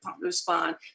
respond